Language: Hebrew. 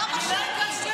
למה שמית?